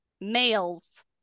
males